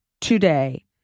today